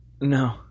No